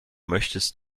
möchtest